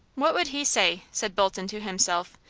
what would he say, said bolton to himself,